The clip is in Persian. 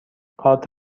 کارت